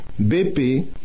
BP